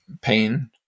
pain